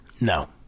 No